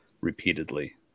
repeatedly